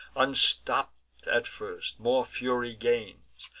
unstopp'd at first, more fury gains,